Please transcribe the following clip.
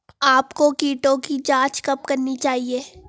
आपको कीटों की जांच कब करनी चाहिए?